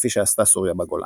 כפי שעשתה סוריה בגולן.